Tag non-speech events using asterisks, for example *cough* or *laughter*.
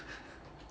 *laughs*